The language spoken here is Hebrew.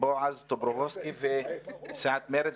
בועז טופורובסקי וסיעת מרצ,